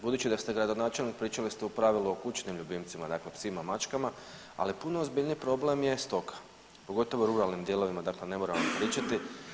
Budući da ste gradonačelnik, pričali ste u pravilu o kućnim ljubimcima, dakle psima, mačkama, ali puno ozbiljniji problem je stoka, pogotovo u ruralnim dijelovima, dakle ne moramo pričati.